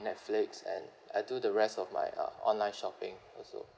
netflix and I do the rest of like uh online shopping also